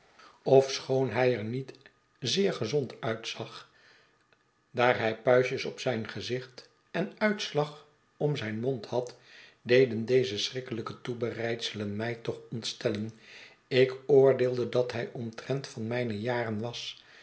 ofschoon hij er niet zeer gezond uitzag daar hij puistjes op zijn gezicht en uitslag om zijn mond had deden deze schrikkelijke toebereidselen mij toch ontstellen ik oordeelde dat hij omtrent van mijne jaren was